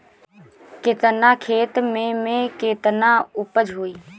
केतना खेत में में केतना उपज होई?